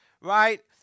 right